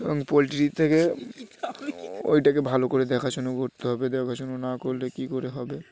এবং পোলট্রি থেকে ওইটাকে ভালো করে দেখাশুনো করতে হবে দেখাশুনো না করলে কী করে হবে